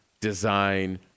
design